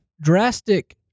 drastic